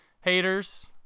haters